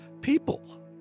people